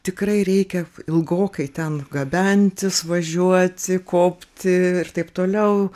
tikrai reikia ilgokai ten gabentis važiuoti kopti ir taip toliau